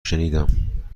شنیدم